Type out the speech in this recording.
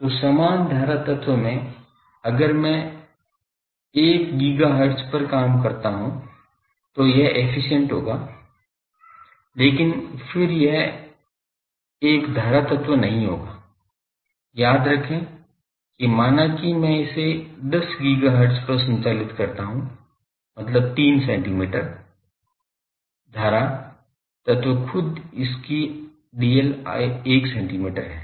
तो समान धारा तत्व में अगर मैं 1 गीगाहर्ट्ज पर काम करता हूं तो यह कुशल होगा लेकिन फिर यह एक धारा तत्व नहीं होगा याद रखें कि माना कि मैं इसे 10 गीगाहर्ट्ज पर संचालित करता हूं मतलब 3 सेंटीमीटर धारा तत्व खुद इसकी dl 1 सेंटीमीटर है